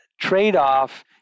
trade-off